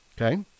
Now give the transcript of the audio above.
Okay